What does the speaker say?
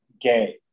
gay